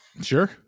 sure